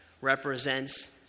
represents